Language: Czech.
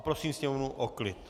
Prosím Sněmovnu o klid.